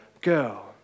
girl